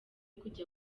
kujya